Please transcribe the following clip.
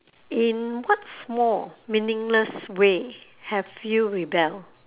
in what small meaningless way have you rebel